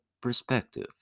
perspective